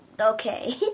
okay